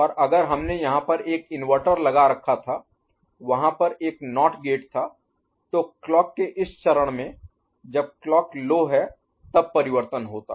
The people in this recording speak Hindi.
और अगर हमने यहाँ पर एक इन्वर्टर लगा रखा था वहाँ पर एक नॉट गेट था तो क्लॉक के इस चरण में जब क्लॉक लो Low कम है तब परिवर्तन होता